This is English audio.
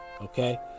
okay